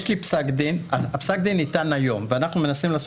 יש לי פסק דין שניתן היום ונאמר בו